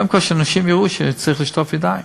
קודם כול, שאנשים יראו שצריך לשטוף ידיים,